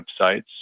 websites